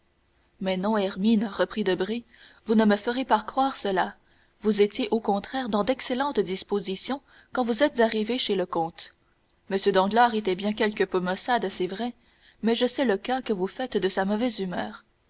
mais non hermine reprit debray vous ne me ferez pas croire cela vous étiez au contraire dans d'excellentes dispositions quand vous êtes arrivée chez le comte m danglars était bien quelque peu maussade c'est vrai mais je sais le cas que vous faites de sa mauvaise humeur